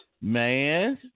Man